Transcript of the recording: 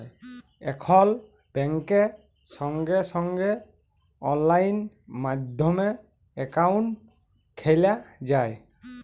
এখল ব্যাংকে সঙ্গে সঙ্গে অললাইন মাধ্যমে একাউন্ট খ্যলা যায়